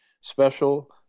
special